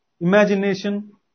imagination